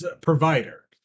provider